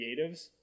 creatives